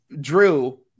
drew